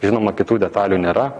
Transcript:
žinoma kitų detalių nėra